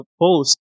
post